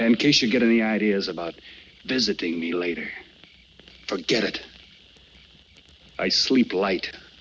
and case you get any ideas about visiting me later forget it i sleep light